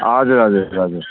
हजुर हजुर हजुर